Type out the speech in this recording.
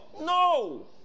no